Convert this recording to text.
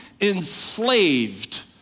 enslaved